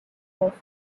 off